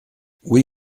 oui